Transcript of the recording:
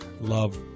Love